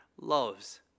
loves